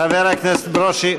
חבר הכנסת ברושי.